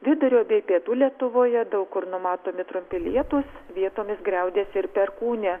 vidurio bei pietų lietuvoje daug kur numatomi trumpi lietūs vietomis griaudės ir perkūnija